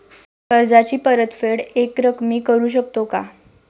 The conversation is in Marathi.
कर्जाची परतफेड एकरकमी करू शकतो का?